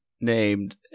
named